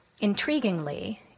intriguingly